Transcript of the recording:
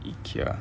IKEA